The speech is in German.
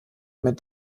mit